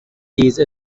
these